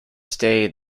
stay